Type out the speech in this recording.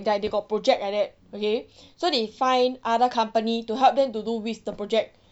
like they got project like that okay so they find other company to help them to do with the project